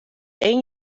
één